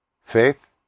Faith